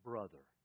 Brother